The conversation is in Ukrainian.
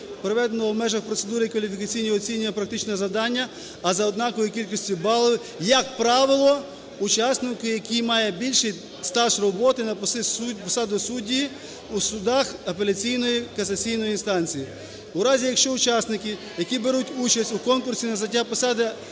проведеного в межах процедури кваліфікаційного оцінювання практичного завдання, а за однаковою кількістю балів - як правило, учасник, який має більший стаж роботи на посаді судді у судах апеляційної, касаційної інстанції. У разі, якщо учасники, які беруть участь у конкурсі на зайняття посади